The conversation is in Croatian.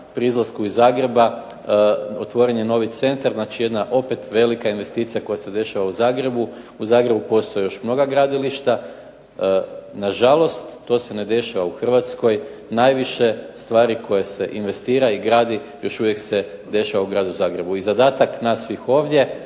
pri izlasku iz Zagreba otvoren je novi centar, znači jedna opet velika investicija koja se dešava u Zagrebu. U Zagrebu postoje još mnoga gradilišta. Nažalost, to se ne dešava u Hrvatskoj, najviše stvari koje se investira i gradi još uvijek se dešava u Gradu Zagrebu i zadatak nas svih ovdje